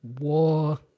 war